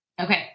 Okay